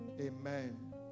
Amen